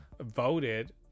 voted